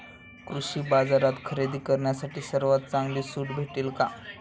कृषी बाजारात खरेदी करण्यासाठी सर्वात चांगली सूट भेटेल का?